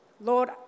Lord